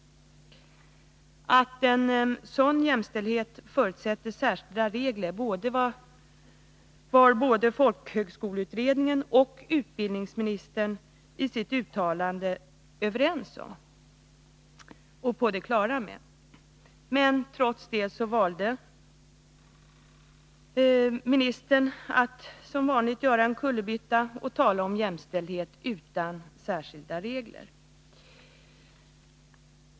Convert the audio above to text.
Att en sådan jämställdhet förutsätter särskilda regler var både folkhögskoleutredningen och utbildningsministern på det klara med. Trots detta valde ministern att som vanligt göra en kullerbytta och tala om jämställdhet utan särskilda regler.